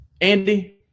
Andy